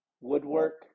woodwork